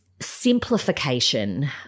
simplification